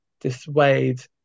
dissuade